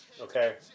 okay